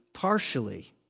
partially